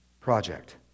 project